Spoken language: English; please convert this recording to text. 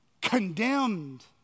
condemned